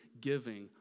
giving